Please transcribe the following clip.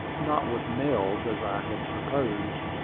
not with nails, as i had supposed,